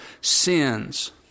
sins